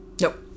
Nope